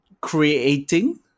creating